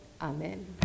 amen